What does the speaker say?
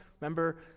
Remember